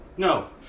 No